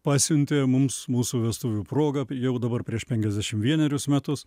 pasiuntė mums mūsų vestuvių proga jau dabar prieš penkiasdešim vienerius metus